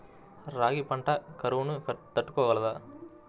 రాగి పంట కరువును తట్టుకోగలదా?